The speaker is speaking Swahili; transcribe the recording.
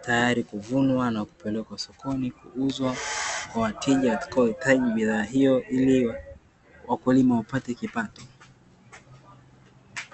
tayari kuvunwa na kupelekwa sokoni kuuzwa kwa wateja watakaohitaji bidhaa hiyo ili wakulima wapate kipato.